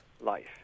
life